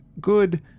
good